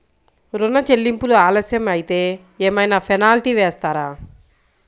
ఋణ చెల్లింపులు ఆలస్యం అయితే ఏమైన పెనాల్టీ వేస్తారా?